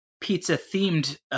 pizza-themed